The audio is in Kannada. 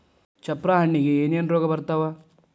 ಚಪ್ರ ಹಣ್ಣಿಗೆ ಏನೇನ್ ರೋಗ ಬರ್ತಾವ?